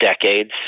decades